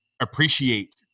appreciate